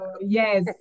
Yes